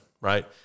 right